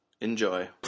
Enjoy